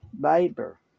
labor